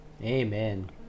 amen